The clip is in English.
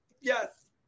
yes